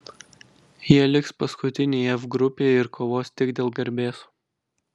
jie liks paskutiniai f grupėje ir kovos tik dėl garbės